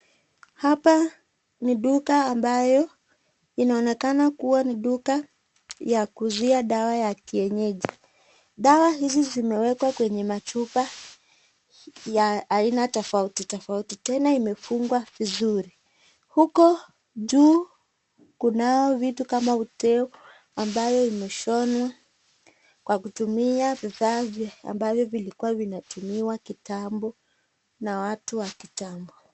Hapa ni duka ambayo, inaonekana kuwa ni duka ya kuuzia dawa ya kienyeji. Dawa hizi zimewekwa kwenye machupa ya aina tofauti tofauti , tena imefungwa vizuri . Huko juu kunao vitu kama uteo ambayo imeshonwa kwa kutumia vifaa ambavyo vilikuwa vinatumiwa kitambo na watu wakitambo.